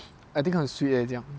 I think 很 sweet leh 这样